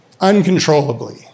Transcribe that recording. uncontrollably